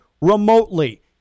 remotely